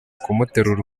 kumuterura